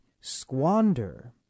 squander